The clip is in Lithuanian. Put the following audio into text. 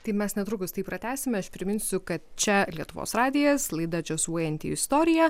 tai mes netrukus tai pratęsime aš priminsiu kad čia lietuvos radijas laida džiazuojanti istorija